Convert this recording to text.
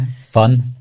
fun